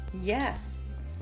Yes